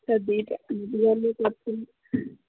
sir ଦୁଇଟା